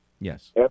Yes